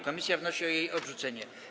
Komisja wnosi o jej odrzucenie.